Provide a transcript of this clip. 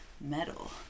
metal